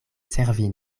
servi